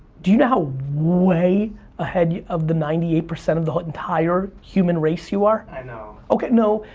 do you know how way ahead of the ninety eight percent of the entire human race you are? i know. okay no,